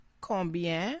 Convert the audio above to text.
Combien